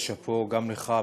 ושאפו גם לך,